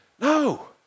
No